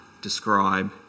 describe